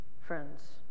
friends